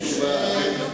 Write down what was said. הפנים.